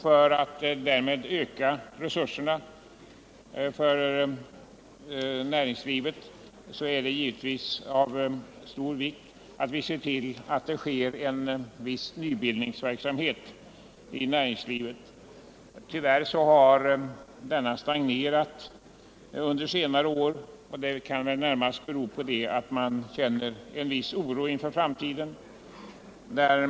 För att öka resurserna för näringslivet är det givetvis av stor vikt att vi ser till, att det sker en viss nybildning av företag, en viss tillväxt. Tyvärr har denna stagnerat under senare år, och det kan väl närmast bero på att man känner en viss oro inför framtiden.